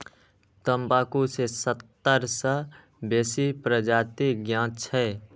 तंबाकू के सत्तर सं बेसी प्रजाति ज्ञात छै